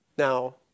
Now